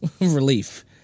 relief